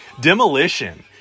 Demolition